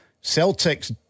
Celtic's